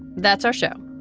that's our show,